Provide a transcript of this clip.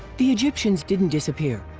the egyptians didn't disappear.